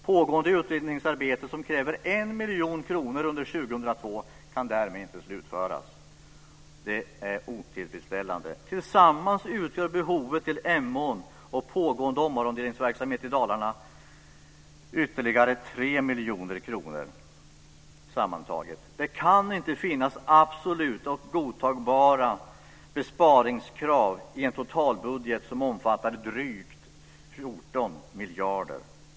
Pågående utredningsarbete som kräver 1 miljon kronor under 2002 kan därmed inte slutföras. Detta är otillfredsställande. Tillsammans utgör behovet till Det kan inte finnas absoluta och godtagbara besparingskrav i en totalbudget som omfattar drygt 14 miljarder.